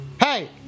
Hey